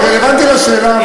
זה רלוונטי לשאלה,